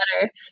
better